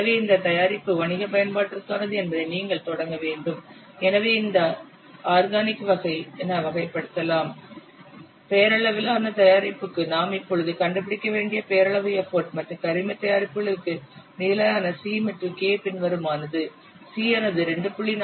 எனவே இந்த தயாரிப்பு வணிக பயன்பாட்டிற்கானது என்பதை நீங்கள் தொடங்க வேண்டும் எனவே இதை ஆர்கனிக் வகை என வகைப்படுத்தலாம் பெயரளவிலான தயாரிப்புக்கு நாம் இப்போது கண்டுபிடிக்க வேண்டிய பெயரளவு எப்போட் மற்றும் கரிம தயாரிப்புகளுக்கு நிலையான c மற்றும் k பின்வருமாறு c ஆனது 2